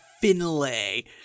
Finlay